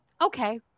okay